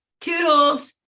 toodles